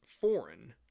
foreign